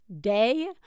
day